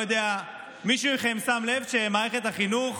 מישהו מכם שם לב שמערכת החינוך